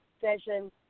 session